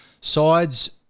sides